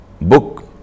book